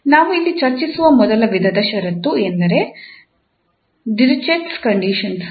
ನಾವು ಇಲ್ಲಿ ಚರ್ಚಿಸುವ ಮೊದಲ ವಿಧದ ಷರತ್ತು ಎಂದರೆ ಡಿರಿಚ್ಲೆಟ್ನ ಷರತ್ತುಗಳು Dirichlets conditions